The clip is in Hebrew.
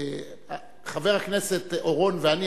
חבר הכנסת אורון ואני,